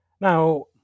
Now